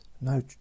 No